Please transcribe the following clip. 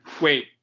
Wait